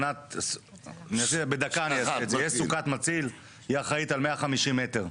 יש סוכת מציל, היא אחראית על 150 מטר,